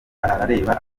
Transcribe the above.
areba